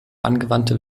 angewandte